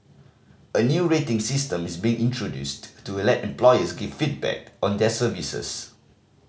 a new rating system is being introduced to let employers give feedback on their services